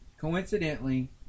coincidentally